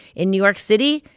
in new york city,